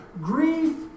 Grief